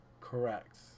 Correct